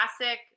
classic